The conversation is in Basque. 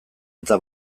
eta